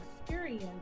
experience